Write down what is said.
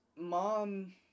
Mom